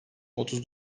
otuz